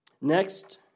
Next